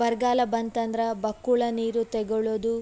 ಬರ್ಗಾಲ್ ಬಂತಂದ್ರ ಬಕ್ಕುಳ ನೀರ್ ತೆಗಳೋದೆ,